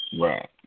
right